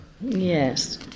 Yes